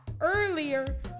earlier